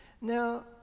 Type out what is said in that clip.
Now